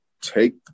take